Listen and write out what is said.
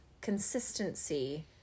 consistency